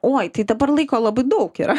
oi tai dabar laiko labai daug yra